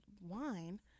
wine